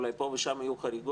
אולי פה ושם יהיו חריגות,